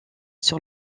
sur